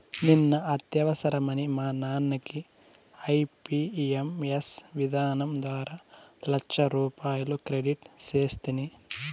నిన్న అత్యవసరమని మా నాన్నకి ఐఎంపియస్ విధానం ద్వారా లచ్చరూపాయలు క్రెడిట్ సేస్తిని